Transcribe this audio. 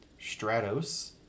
Stratos